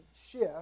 shift